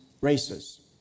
races